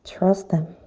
trust them,